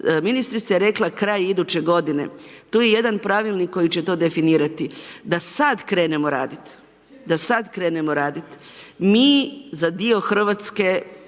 Ministrica je rekla kraj iduće godine. Tu je jedan pravilnik koji će to definirati. Da sad krenemo radit, mi za dio Hrvatske